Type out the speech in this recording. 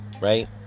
right